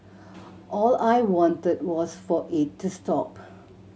all I wanted was for it to stop